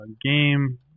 Game